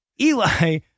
Eli